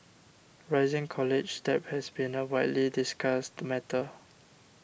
rising college debt has been a widely discussed matter